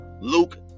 Luke